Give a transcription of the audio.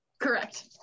Correct